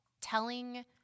telling